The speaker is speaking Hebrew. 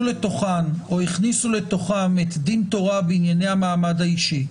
לתוכם את דין תורה בענייני המעמד האישי.